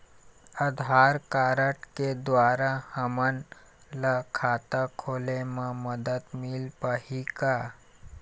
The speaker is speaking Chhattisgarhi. आधार कारड के द्वारा हमन ला खाता खोले म मदद मिल पाही का?